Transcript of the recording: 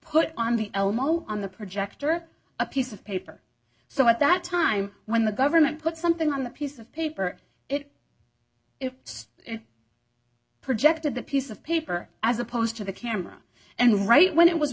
put on the elmo on the projector a piece of paper so at that time when the government put something on the piece of paper it projected that piece of paper as opposed to the camera and right when it was